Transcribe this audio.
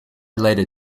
later